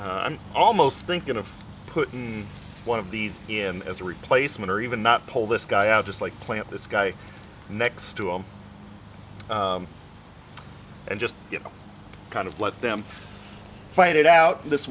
i'm almost thinking of putting in one of these in as a replacement or even not pull this guy out just like plant this guy next to him and just kind of let them fight it out this